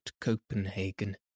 Copenhagen